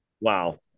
wow